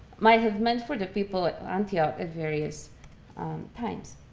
might have meant for the people at antioch at various times.